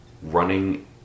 Running